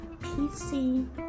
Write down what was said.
PC